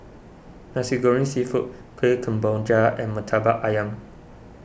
Nasi Goreng Seafood Kuih Kemboja and Murtabak Ayam